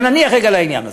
אבל נניח רגע לעניין הזה.